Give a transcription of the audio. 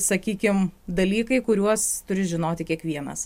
sakykim dalykai kuriuos turi žinoti kiekvienas